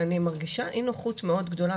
אני מרגישה אי נוחות מאוד גדולה.